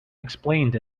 explained